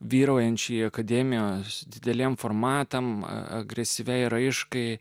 vyraujančiai akademijos dideliems formatams agresyviai raiškai